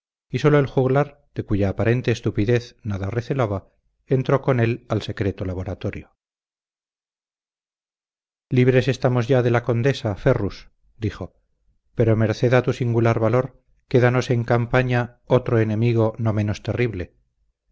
y sólo el juglar de cuya aparente estupidez nada recelaba entró con él al secreto laboratorio libres estamos ya de la condesa ferrus dijo pero merced a tu singular valor quédanos en campaña otro enemigo no menos terrible